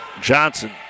Johnson